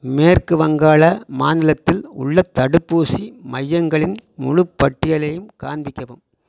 மேற்கு வங்காள மாநிலத்தில் உள்ள தடுப்பூசி மையங்களின் முழுப்பட்டியலையும் காண்பிக்கவும்